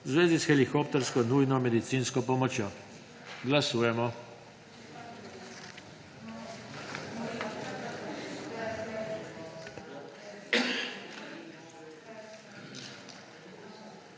v zvezi s helikoptersko nujno medicinsko pomočjo. Glasujemo.